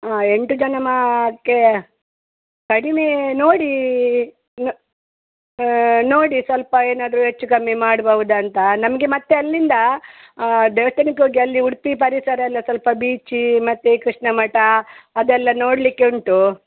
ಹಾಂ ಎಂಟು ಜನ ಮಾಡ್ಕೆ ಕಡಿಮೇ ನೋಡೀ ನೋಡಿ ಸ್ವಲ್ಪ ಏನಾದರು ಹೆಚ್ಚು ಕಮ್ಮಿ ಮಾಡ್ಬೌದ ಅಂತ ನಮಗೆ ಮತ್ತು ಅಲ್ಲಿಂದ ದೇವಸ್ಥಾನಕ್ಕೆ ಹೋಗಿ ಅಲ್ಲಿ ಉಡುಪಿ ಪರಿಸರ ಎಲ್ಲ ಸ್ವಲ್ಪ ಬೀಚಿ ಮತ್ತು ಕೃಷ್ಣ ಮಠ ಅದೆಲ್ಲ ನೋಡ್ಲಿಕ್ಕೆ ಉಂಟು